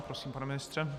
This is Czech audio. Prosím, pane ministře.